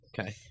Okay